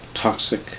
toxic